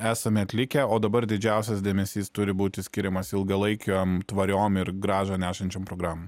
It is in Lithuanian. esame atlikę o dabar didžiausias dėmesys turi būti skiriamas ilgalaikėm tvariom ir grąžą nešančiom programom